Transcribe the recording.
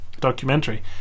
documentary